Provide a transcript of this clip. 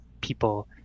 people